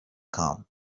come